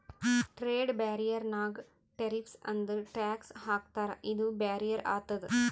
trade barrier ನಾಗ್ tariffs ಅಂದುರ್ tax ಹಾಕ್ತಾರ ಇದು ಬ್ಯಾರಿಯರ್ ಆತುದ್